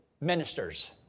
ministers